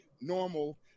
Normal